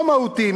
לא מהותי,